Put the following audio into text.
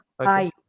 Hi